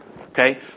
Okay